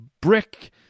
brick